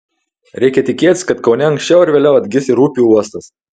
reikia tikėtis kad kaune anksčiau ar vėliau atgis ir upių uostas